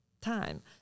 time